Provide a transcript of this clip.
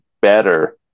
better